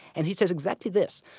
and he says exactly this,